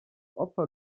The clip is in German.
opfer